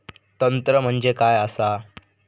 तंत्र म्हणजे काय असा?